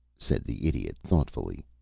said the idiot, thoughtfully.